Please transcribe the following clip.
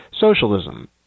socialism